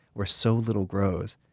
where so little grows,